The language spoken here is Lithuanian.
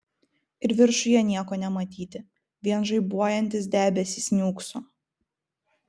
ir viršuje nieko nematyti vien žaibuojantis debesys niūkso